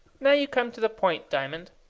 now you come to the point, diamond.